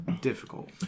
difficult